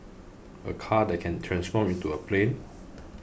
a car that can transform into a plane